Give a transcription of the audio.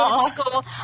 school